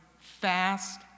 fast